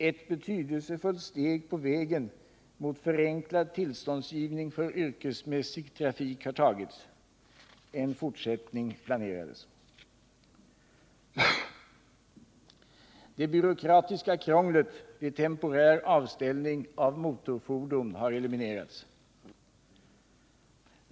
Ett betydelsefullt steg på vägen mot förenklad tillståndsgivning för yrkesmässig trafik har tagits. En fortsättning planerades. Det byråkratiska krånglet vid temporär avställning av motorfordon har eliminerats.